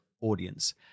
audience